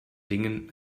dingen